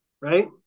Right